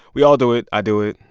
we all do it. i do it.